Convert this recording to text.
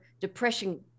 depression